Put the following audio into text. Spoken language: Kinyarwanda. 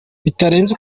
bitarenze